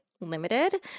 Limited